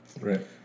Right